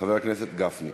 חבר הכנסת גפני.